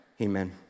Amen